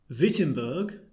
Wittenberg